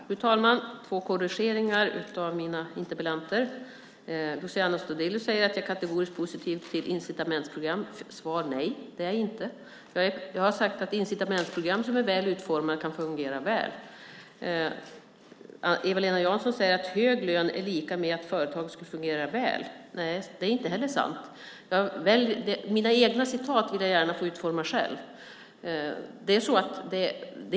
Fru talman! Låt mig göra två korrigeringar av interpellanterna. Luciano Astudillo säger att jag är kategoriskt positiv till incitamentsprogram. Nej, det är jag inte. Jag har sagt att incitamentsprogram som är väl utformade kan fungera väl. Eva-Lena Jansson säger att jag har sagt hög lön är lika med att företag fungerar väl. Nej, det är inte heller sant. Jag vill gärna utforma mina egna uttalanden själv.